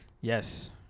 Yes